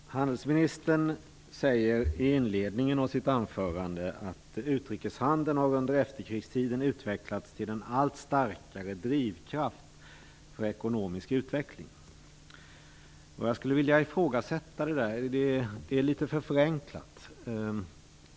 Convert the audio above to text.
Fru talman! Handelsministern säger i inledningen av sitt anförande att utrikeshandeln under efterkrigstiden har utvecklats till en allt starkare drivkraft för ekonomisk utveckling. Jag skulle vilja ifrågasätta det. Det är litet för förenklat.